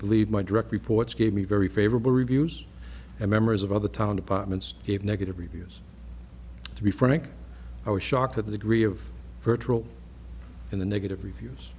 believe my direct reports gave me very favorable reviews and members of other town departments gave negative reviews to be frank i was shocked at the degree of virtual in the negative reviews